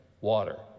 water